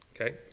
okay